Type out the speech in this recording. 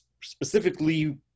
specifically